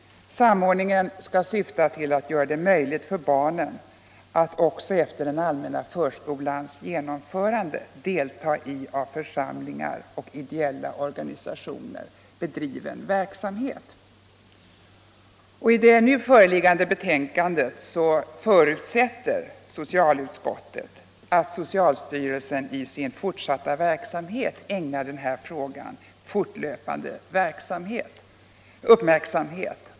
Samordningen skall syfta till att göra det möjligt för barnen att även efter den allmänna förskolans genomförande delta i av församlingar och ideella organisationer bedriven barnverksamhet. I det nu föreliggande betänkandet förutsätter utskottet att socialstyrelsen i sin fortsatta verksamhet ägnar den här aktuella frågan fortlöpande uppmärksamhet.